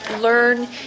learn